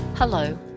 Hello